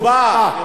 יוצבע.